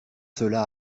cela